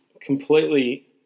completely